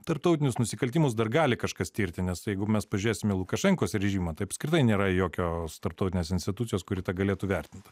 tarptautinius nusikaltimus dar gali kažkas tirti nes jeigu mes pažiūrėsim į lukašenkos režimą tai apskritai nėra jokios tarptautinės institucijos kuri tą galėtų vertint